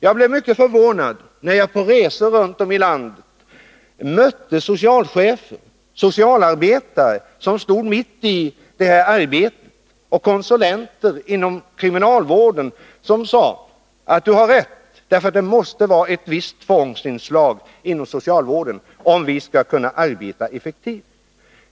Jag blev mycket förvånad när jag på resor runt om i landet mötte socialchefer, socialarbetare som stod mitt i vårdarbetet och konsulenter inom kriminalvården som sade: Du har rätt — det måste vara ett visst tvångsinslag inom socialvården för att vi skall kunna arbeta effektivt.